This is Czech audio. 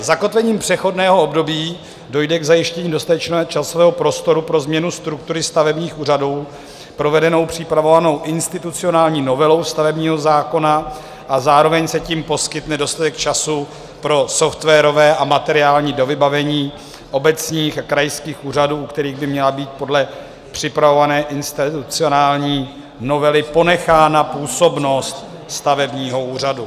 Zakotvením přechodného období dojde k zajištění dostatečného časového prostoru pro změnu struktury stavebních úřadů provedenou připravovanou institucionální novelou stavebního zákona a zároveň se tím poskytne dostatek času pro softwarové a materiální dovybavení obecních a krajských úřadů, u kterých by měla být podle připravované institucionální novely ponechána působnost stavebního úřadu.